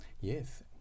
Yes